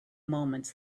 moments